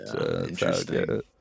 Interesting